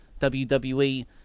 WWE